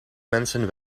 mensen